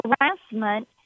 harassment